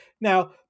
Now